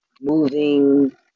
moving